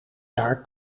jaar